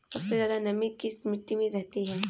सबसे ज्यादा नमी किस मिट्टी में रहती है?